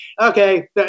okay